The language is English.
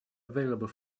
available